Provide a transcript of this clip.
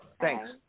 Thanks